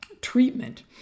treatment